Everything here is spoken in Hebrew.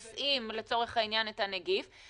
על מנת להקל עליהם את תהליך הכניסה לישראל.